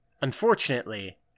Unfortunately